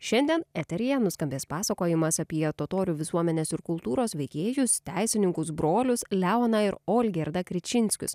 šiandien eteryje nuskambės pasakojimas apie totorių visuomenės ir kultūros veikėjus teisininkus brolius leoną ir o olgirdą kričinskius